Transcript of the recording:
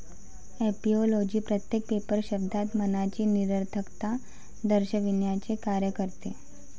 ऍपिओलॉजी प्रत्येक पेपर शब्दात मनाची निरर्थकता दर्शविण्याचे कार्य करते